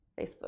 facebook